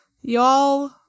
Y'all